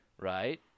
right